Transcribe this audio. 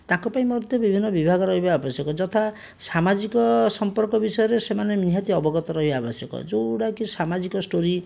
ତାଙ୍କ ପାଇଁ ମଧ୍ୟ ବିଭିନ୍ନ ବିଭାଗ ରହିବା ଆବଶ୍ୟକ ଯଥା ସାମାଜିକ ସମ୍ପର୍କ ବିଷୟରେ ସେମାନେ ନିହାତି ଅବଗତ ରହିବା ଆବଶ୍ୟକ ଯେଉଁଗୁଡ଼ାକି ସାମାଜିକ ଷ୍ଟୋରି